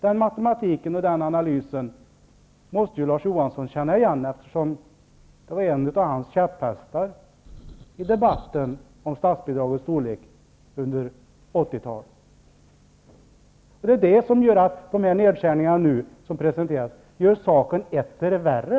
Den matematiken och den analysen måste ju Larz Johansson känna igen, eftersom detta var en av hans käpphästar i debatten om statsbidragets storlek under 80-talet. De nedskärningar som nu presenteras gör därför saken etter värre.